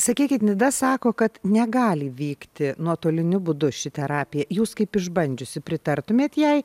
sakykit nida sako kad negali vykti nuotoliniu būdu ši terapija jūs kaip išbandžiusi pritartumėt jai